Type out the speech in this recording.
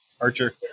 Archer